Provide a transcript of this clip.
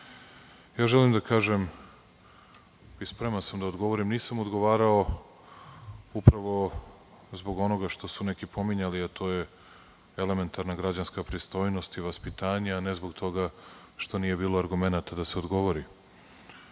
stranke. Želim da kažem i spreman sam da odgovorim, nisam odgovarao upravo zbog onoga što su neki pominjali, a to je elementarna građanska pristojnost i vaspitanje, a ne zbog toga što nije bilo argumenata da se odgovori. Naime,